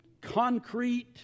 concrete